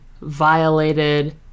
violated